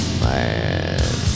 man